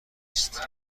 است